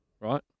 right